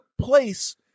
place